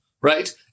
right